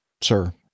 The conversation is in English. sir